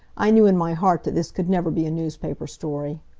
i knew in my heart that this could never be a newspaper story.